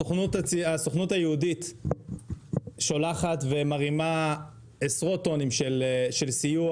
הסוכנות היהודית שולחת ומרימה עשרות טונים של סיוע,